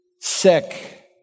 sick